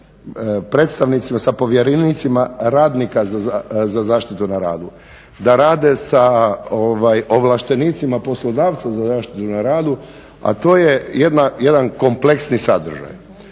predstavnicima, sa povjerenicima radnika za zaštitu na radu, da rade sa ovlaštenicima poslodavca za zaštitu na radu, a to je jedan kompleksni sadržaj.